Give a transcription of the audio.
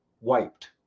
wiped